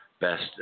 best